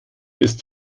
ist